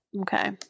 okay